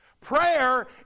Prayer